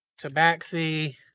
Tabaxi